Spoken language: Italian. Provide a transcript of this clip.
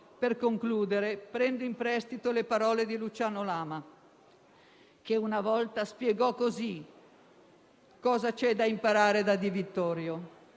Per concludere, prendo in prestito le parole di Luciano Lama, che una volta spiegò nel modo seguente cosa c'è da imparare da Di Vittorio: